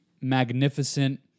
magnificent